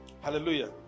Hallelujah